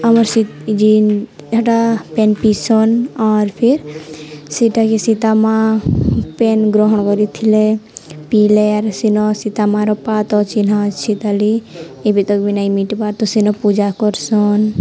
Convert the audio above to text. ଆମର୍ ଜିନ୍ ହେଟା ପେନ୍ ପିସନ୍ ଆର୍ ଫିର୍ ସେଇଟାକେ ସୀତା ମା' ପେନ୍ ଗ୍ରହଣ କରିଥିଲେ ପିଇଲେ ଆର୍ ସେନ ସୀତା ମା'ର ପାଦ ଚିହ୍ନ ଅଛିି ତଲି ଏବେ ତ ବି ନାଇଁ ମିଟ୍ବାର୍ ତ ସେନ ପୂଜା କରସନ୍